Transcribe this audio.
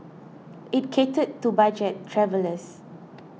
it catered to budget travellers